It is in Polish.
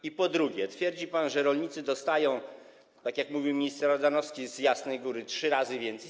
I po drugie, twierdzi pan, że rolnicy dostają, tak jak mówił minister Ardanowski z Jasnej Góry, trzy razy więcej.